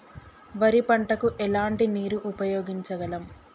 వరి పంట కు ఎలాంటి నీరు ఉపయోగించగలం?